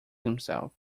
himself